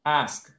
ask